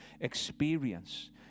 experience